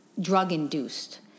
drug-induced